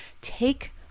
take